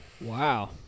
Wow